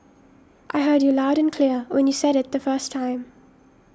I heard you loud and clear when you said it the first time